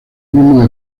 mismos